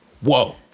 Whoa